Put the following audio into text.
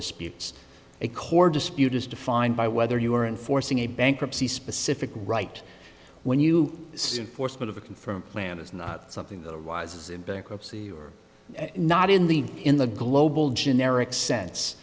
disputes a core dispute is defined by whether you are enforcing a bankruptcy specific right when you soon force me to confirm plan is not something that arises in bankruptcy or not in the in the global generic sense